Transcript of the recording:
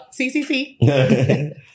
CCC